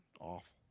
off